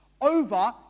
over